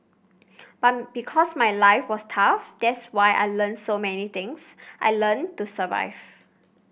but because my life was tough that's why I learnt so many things I learnt to survive